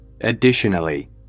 Additionally